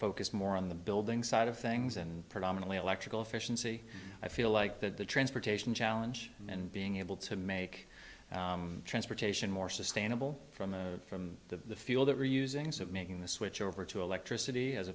focused more on the building side of things and predominately electrical efficiency i feel like that the transportation challenge and being able to make transportation more sustainable from the from the fuel that reusing that making the switch over to electricity as